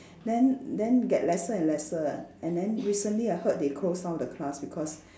then then get lesser and lesser ah and then recently I heard they close down the class because